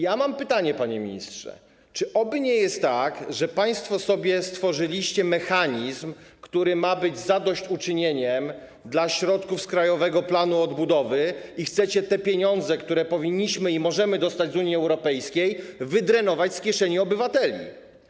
I mam pytanie, panie ministrze: Czy aby nie jest tak, że państwo sobie stworzyliście mechanizm, który ma być zadośćuczynieniem, jeśli chodzi o środki z Krajowego Planu Odbudowy, i chcecie te pieniądze, które powinniśmy i możemy dostać z Unii Europejskiej, wydrenować z kieszeni obywateli?